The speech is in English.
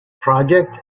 project